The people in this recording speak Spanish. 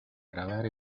grabar